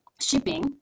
shipping